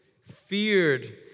feared